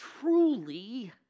truly